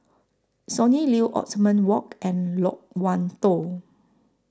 Sonny Liew Othman Wok and Loke Wan Tho